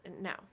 No